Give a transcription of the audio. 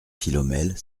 philomèle